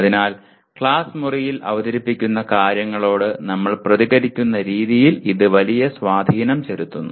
അതിനാൽ ക്ലാസ് മുറിയിൽ അവതരിപ്പിക്കുന്ന കാര്യങ്ങളോട് നമ്മൾ പ്രതികരിക്കുന്ന രീതിയിൽ ഇത് വലിയ സ്വാധീനം ചെലുത്തുന്നു